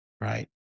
right